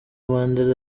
mandela